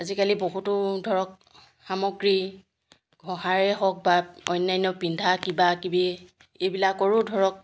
আজিকালি বহুতো ধৰক সামগ্ৰী ঘঁহাৰে হওক বা অন্যান্য পিন্ধা কিবাকিবি এইবিলাকৰো ধৰক